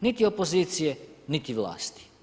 Niti opozicije niti vlasti.